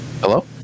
Hello